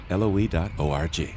loe.org